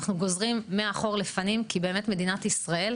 אנחנו גוזרים מהאחור לפנים, כי באמת מדינת ישראל,